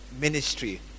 ministry